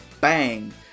bang